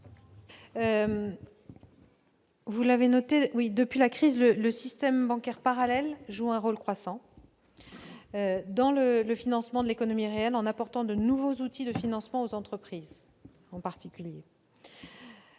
vous l'avez noté, depuis la crise, le système bancaire parallèle joue un rôle croissant dans le financement de l'économie réelle, en particulier en apportant de nouveaux outils de financement aux entreprises. Compte